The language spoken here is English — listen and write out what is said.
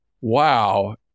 Wow